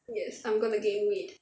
yes I'm gonna gain weight